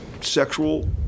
sexual